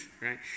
right